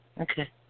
Okay